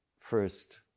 first